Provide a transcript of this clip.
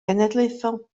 genedlaethol